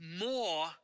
more